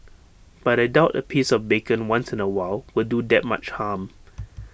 but I doubt A piece of bacon once in A while will do that much harm